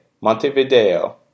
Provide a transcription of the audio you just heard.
Montevideo